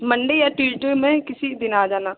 Monday या Tuesday में किसी दिन आ जाना